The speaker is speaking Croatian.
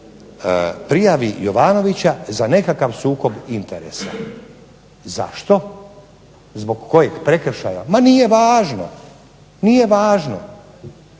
prijavi Jovanovića za nekakav sukob interes. Zašto? Zbog kojeg prekršaja? Ma nije važno. Zakasnio